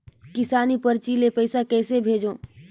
निकासी परची ले पईसा कइसे भेजों?